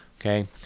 Okay